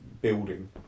building